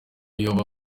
yoba